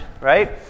right